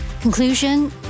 Conclusion